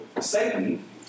Satan